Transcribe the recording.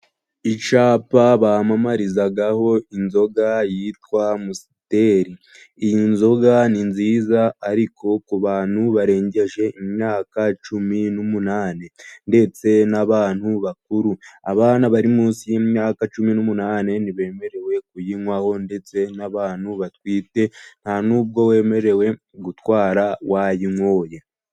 Icapa bamamarizagaho inzoga yitwa amusiteli. Iyi nzoga ni nziza ariko ku bantu barengeje imyaka cumi'umunani ndetse n'abantu bakuru. Abana bari munsi y'imyaka cumi n'umunani ntibemerewe kuyinywaho, ndetse n'abantu batwite, nta n'ubwo wemerewe gutwara wayinywoye.